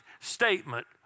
statement